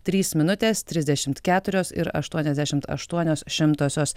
trys minutės trisdešimt keturios ir aštuoniasdešimt aštuonios šimtosios